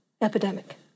epidemic